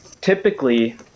typically